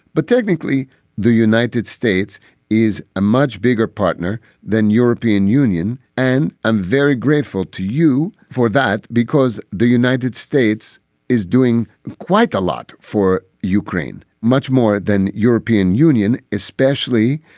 but technically the united states is a much bigger partner than european union. and i'm very grateful to you for that, because the united states is doing quite a lot for ukraine, much more than european union especially.